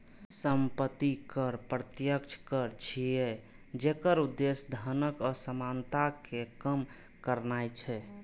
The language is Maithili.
संपत्ति कर प्रत्यक्ष कर छियै, जेकर उद्देश्य धनक असमानता कें कम करनाय छै